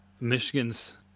Michigan's